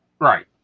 right